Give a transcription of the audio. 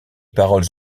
paroles